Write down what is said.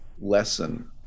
lesson